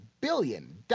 billion